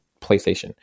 PlayStation